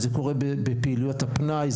בפעילויות הפנאי,